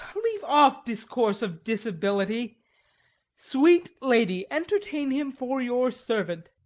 leave off discourse of disability sweet lady, entertain him for your servant.